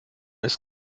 ist